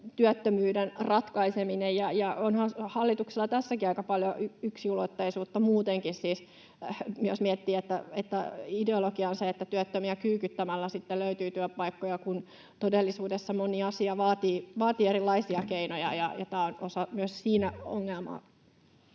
ulottuvuutensa. Onhan hallituksella tässäkin aika paljon yksiulotteisuutta muutenkin siis, jos miettii, että ideologia on se, että työttömiä kyykyttämällä sitten löytyy työpaikkoja, kun todellisuudessa moni asia vaatii erilaisia keinoja, ja tämä on osa ongelmaa